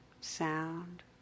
sound